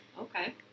Okay